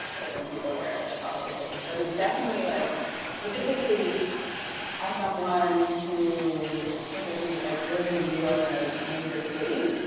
but then people wear their outdoor clothes. but it's definitely, like specifically as someone who typically like lives in new york in a major city,